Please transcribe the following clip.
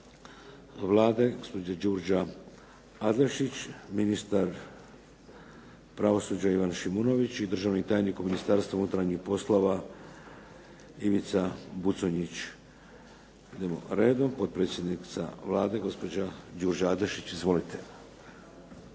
Vlade gospođa Đurđa Adlešić, ministar pravosuđa Ivan Šimonović i državni tajnik u Ministarstvu unutarnjih poslova Ivica Buconjić. Idemo redom, potpredsjednica Vlade gospođa Đurđa Adlešić. Izvolite.